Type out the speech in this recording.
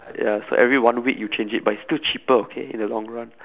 ya so every one week you change it but it's still cheaper okay in the long run